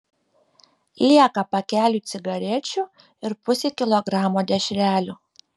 lieka pakeliui cigarečių ir pusei kilogramo dešrelių